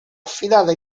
affidata